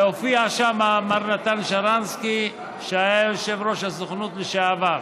הופיע שם מר נתן שרנסקי, יושב-ראש הסוכנות לשעבר.